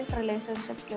relationship